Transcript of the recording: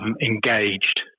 engaged